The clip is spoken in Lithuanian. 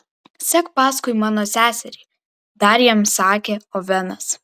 sek paskui mano seserį dar jam sakė ovenas